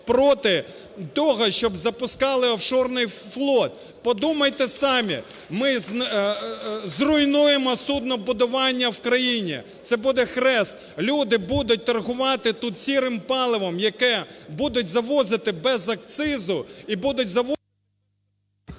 проти того, щоб запускали офшорний флот. Подумайте самі, ми зруйнуємо суднобудування в країні, це буде хрест. Люди будуть торгувати тут сірим паливом, яке будуть завозити без акцизу і будуть...